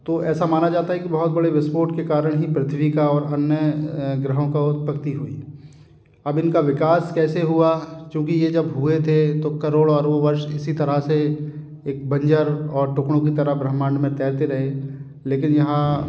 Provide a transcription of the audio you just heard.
तो ऐसा माना जाता है कि बहुत बड़े विस्फोट के कारण ही पृथ्वी का और अन्य ग्रहों की उत्पत्ति हुई अब इनका विकास कैसे हुआ चूंकि ये जब हुए थे तो करोड़ों अरवों वर्ष इसी तरह से एक बंजर और टुकड़ों की तरह ब्रह्मांड में तैरते रहे लेकिन यहाँ